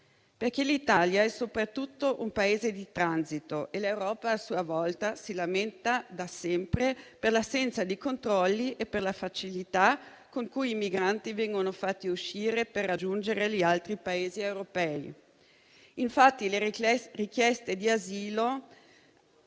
perché l'Italia è soprattutto un Paese di transito e l'Europa, a sua volta, si lamenta da sempre per l'assenza di controlli e per la facilità con cui i migranti vengono fatti uscire per raggiungere gli altri Paesi europei. Infatti le richieste di asilo